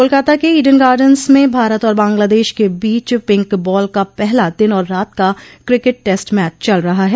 कोलकाता के Eden Gardens में भारत और बंगलादेश के बीच पिंक बॉल का पहला दिन और रात का क्रिकेट टैस्ट मैच चल रहा है